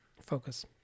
focus